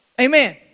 Amen